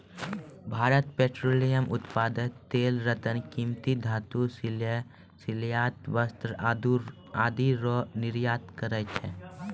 Bharat petroleum उत्पाद तेल रत्न कीमती धातु सिले सिलायल वस्त्र आदि रो निर्यात करै छै